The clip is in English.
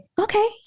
okay